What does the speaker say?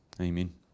amen